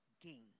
gain